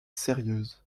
sérieuses